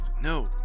No